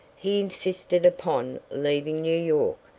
he insisted upon leaving new york,